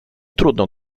trudno